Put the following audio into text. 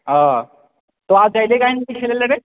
हँ